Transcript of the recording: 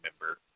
member